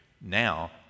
now